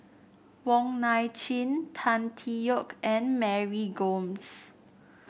Wong Nai Chin Tan Tee Yoke and Mary Gomes